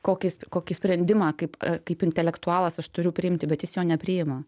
kokis kokį sprendimą kaip kaip intelektualas aš turiu priimti bet jis jo nepriima